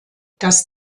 das